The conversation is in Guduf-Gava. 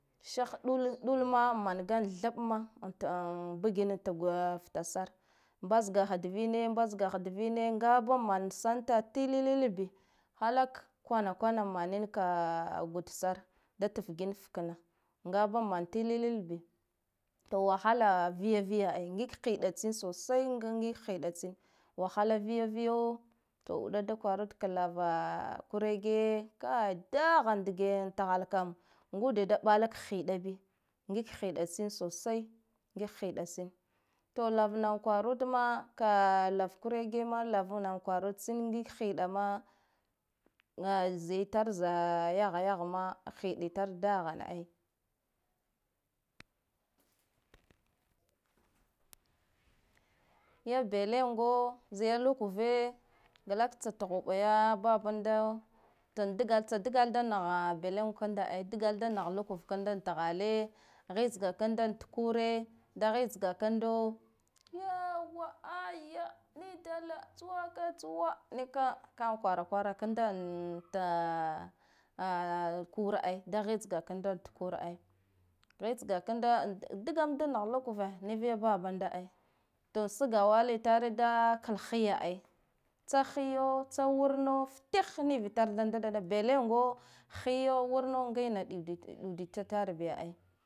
Sih ɗul ɗul ma mangan thabma ta bagin ta ftasare mbzagahatvtne, mbzagaha trine ngabamana sauta tilili bii halak kwana kwana maninka gudsare da tfginka fikna, ngaba man tilili bii to wahala viya viya ai, ngiga hiɗa tsin sosai ngiga hiɗa tsin wahala viya viyo to wuɗa da kwarudka lava kurege, kai da han dge thal kam ngude da ɓalak hiɗa bii ngiɗa hiɗa tsin sosai ngiga hiɗa tsin to larna kwarudma ka lar kuregema lava lavun kwarun tsa rigiga hiɗa ma zi itar za yahayahe ma hiɗa yitar da hane ai. Ya belengo zai yi lukuve gtaktsa tuhuɓa ya babundo tsa dagala da naha belengwa kanda ai dglada naha luk va kamda thale hitsga kanda takwe da hitsga kanda wawooo aya ni dala tsuwa kai tsuwa nika ka kwarakwara kanda da kur ai da hitsga kanda tkur ai hitsga kanda dgamdga da nah lukuve nava yi babanda ai to sgawalitar da kalhiya ai tsa hiyoo, tsawurno ftihnivi tar da ndada ndaɗo belengo hiyo wurno ngena ɗuditar bi ai